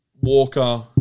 Walker